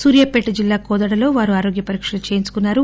సూర్యాపేట జిల్లా కోదాడలో వారు ఆరోగ్య పరీక్షలు చేయించుకున్నారు